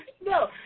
no